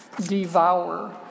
Devour